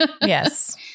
Yes